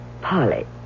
Polly